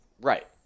right